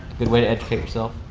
good way to educate yourself.